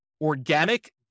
organic